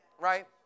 Right